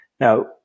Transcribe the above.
Now